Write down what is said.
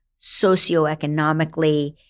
socioeconomically